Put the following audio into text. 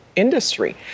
industry